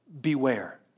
beware